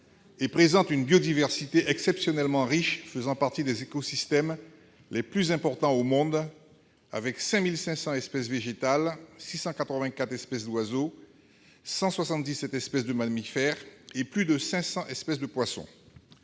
et présente une biodiversité exceptionnellement riche, faisant partie des écosystèmes les plus importants au monde avec 5 500 espèces végétales, 684 espèces d'oiseaux, 177 espèces de mammifères et plus de 500 espèces de poissons.